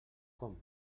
com